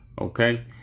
Okay